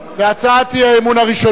הצעת האי-אמון הראשונה